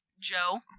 Joe